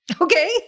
Okay